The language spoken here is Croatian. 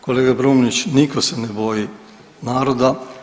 Kolega Brumnić, nitko se ne boji naroda.